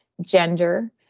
gender